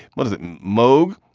what is it, mobe?